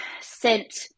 sent